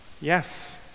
Yes